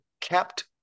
kept